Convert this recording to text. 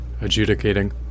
adjudicating